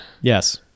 yes